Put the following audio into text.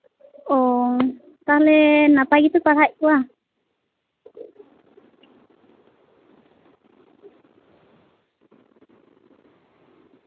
ᱚ ᱱᱟᱯᱟᱭ ᱜᱮᱯᱮ ᱯᱟᱲᱦᱟᱣᱮᱫ ᱠᱚᱣᱟ